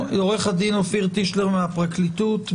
אופיר טישלר מהפרקליטות.